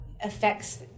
affects